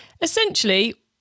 Essentially